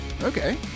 Okay